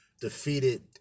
defeated